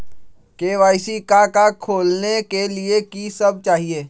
KYC का का खोलने के लिए कि सब चाहिए?